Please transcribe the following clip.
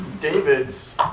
David's